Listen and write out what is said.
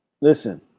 Listen